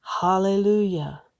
hallelujah